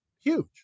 huge